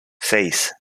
seis